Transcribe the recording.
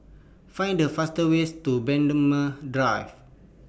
Find The fastest ways to Braemar Drive